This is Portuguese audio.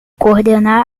coordenar